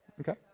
Okay